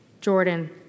Jordan